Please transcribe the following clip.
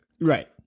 Right